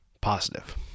positive